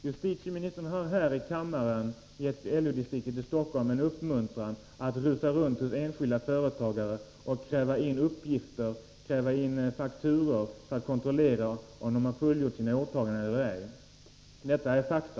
Herr talman! Justitieministern har här i kammaren givit LO-distriktet i Stockholm en uppmuntran att rusa runt hos enskilda företagare och kräva in fakturor och andra uppgifter för att kontrollera om de fullgjort sina åtaganden eller ej. Detta är fakta.